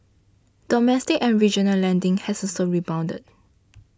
domestic and regional lending has also rebounded